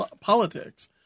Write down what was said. politics